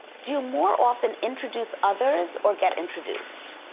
do you more often introduce others or get introduced?